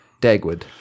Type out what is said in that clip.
Dagwood